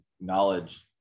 knowledge